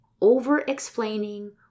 over-explaining